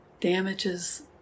damages